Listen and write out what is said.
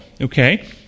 Okay